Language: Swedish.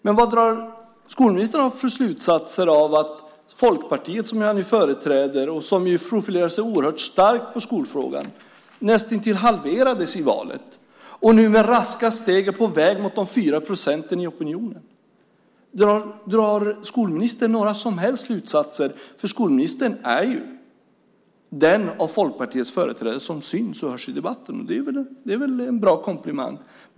Men vilka slutsatser drar skolministern av att Folkpartiet som han företräder och som profilerade sig oerhört starkt i skolfrågan näst intill halverades i valet och nu med raska steg är på väg mot de 4 procenten i opinionen? Drar skolministern några som helst slutsatser? Skolministern är ju den av Folkpartiets företrädare som syns och hörs i debatten. Det är väl en bra komplimang.